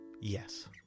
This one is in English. yes